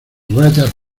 rayas